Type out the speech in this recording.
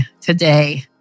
today